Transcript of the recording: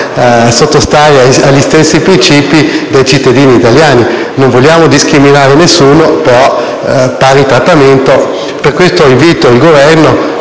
sottostare agli stessi principi dei cittadini italiani. Non vogliamo discriminare nessuno, però pari trattamento. Pertanto invito il Governo